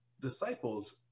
disciples